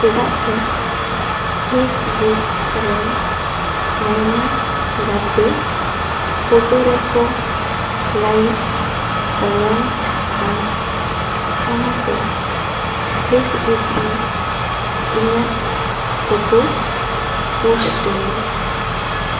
ᱪᱮᱫᱟᱜ ᱥᱮ ᱯᱷᱮᱥᱵᱩᱠ ᱨᱮᱱ ᱟᱭᱢᱟ ᱜᱟᱛᱮ ᱯᱷᱚᱴᱚ ᱨᱮ ᱠᱚ ᱞᱟᱭᱤᱠ ᱠᱚᱢᱮᱱᱴᱼᱟ ᱚᱱᱟᱛᱮ ᱯᱷᱮᱥᱵᱩᱠ ᱨᱮ ᱤᱧᱟᱹᱜ ᱯᱷᱚᱴᱚ ᱯᱳᱥᱴ ᱟᱹᱧ